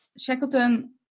Shackleton